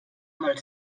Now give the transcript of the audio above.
molt